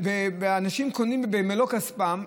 ואנשים קונים אותו במלוא כספם,